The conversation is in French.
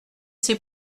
c’est